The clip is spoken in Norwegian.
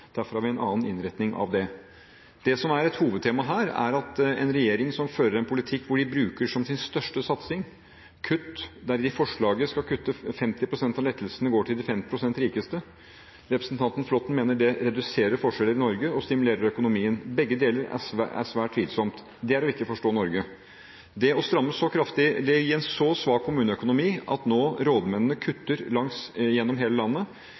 Derfor har vi en annen innretning av den. Det som er et hovedtema her, er en regjering som fører en politikk hvor den bruker som sin største satsing kutt, der 50 pst. av lettelsene går til de 50 pst. rikeste. Representanten Flåtten mener det reduserer forskjellene i Norge og stimulerer økonomien. Begge deler er svært tvilsomt. Det er å ikke forstå Norge. Det er å gi kommunene en så svak økonomi at rådmennene over hele landet nå kutter.